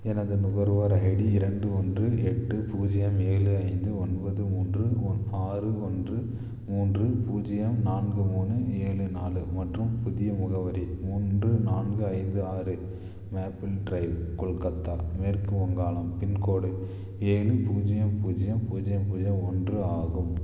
எனது நுகர்வோர் ஐடி இரண்டு ஒன்று எட்டு பூஜ்ஜியம் ஏழு ஐந்து ஒன்பது மூன்று ஒன் ஆறு ஒன்று மூன்று பூஜ்ஜியம் நான்கு மூணு ஏழு நாலு மற்றும் புதிய முகவரி மூன்று நான்கு ஐந்து ஆறு மேப்பிள் ட்ரைவ் கொல்கத்தா மேற்கு வங்காளம் பின்கோடு ஏழு பூஜ்ஜியம் பூஜ்ஜியம் பூஜ்ஜியம் பூஜ்ஜியம் ஒன்று ஆகும்